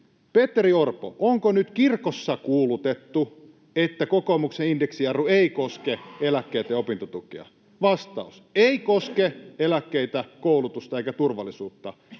”Petteri Orpo, onko nyt kirkossa kuulutettu, että kokoomuksen indeksijarru ei koske eläkkeitä ja opintotukea?” Vastaus: ”Ei koske eläkkeitä, ei koulutusta eikä turvallisuutta.”